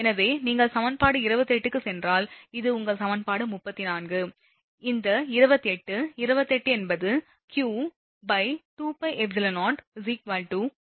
எனவே நீங்கள் சமன்பாடு 28 க்குச் சென்றால் இது உங்கள் சமன்பாடு 34 இந்த 28 28 என்பது q qπεo 2r Gr